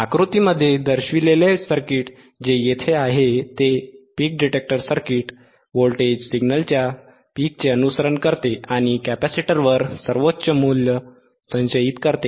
आकृतीमध्ये दर्शविलेले सर्किट जे येथे आहे ते पीक डिटेक्टर सर्किट व्होल्टेज सिग्नलच्या शिखरांचे पीकचे अनुसरण करते आणि कॅपेसिटरवर सर्वोच्च मूल्य संचयित करते